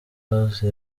house